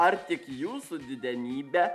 ar tik jūsų didenybe